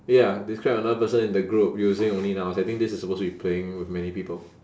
ya describe another people in the group using only nouns I think this is supposed to be playing with many people